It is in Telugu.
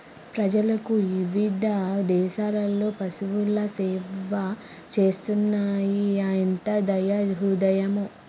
ప్రజలకు ఇవిధ దేసాలలో పసువులు సేవ చేస్తున్నాయి ఎంత దయా హృదయమో